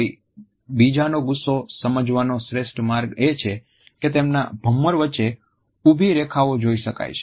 કોઈ બીજાનો ગુસ્સો સમજવાનો શ્રેષ્ઠ માર્ગ એ છે કે તેમના ભમર વચ્ચેની ઉભી રેખાઓ જોઈ શકાય છે